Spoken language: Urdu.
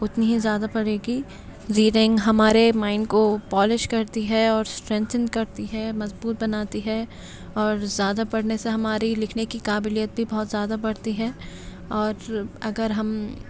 اتنی ہی زیادہ بڑھے گی ریڈنگ ہمارے مائنڈ کو پالش کرتی ہے اور اسٹرینتھن کرتی ہے مضبوط بناتی ہے اور زیادہ پڑھنے سے ہماری لکھنے کی قابلیت بھی بڑھتی ہے اور اگر ہم